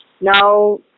Now